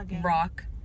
rock